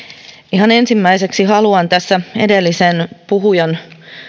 ihan ensimmäiseksi haluan tässä edellisen puhujan